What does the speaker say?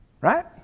Right